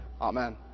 Amen